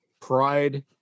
pride